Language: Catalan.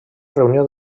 reunió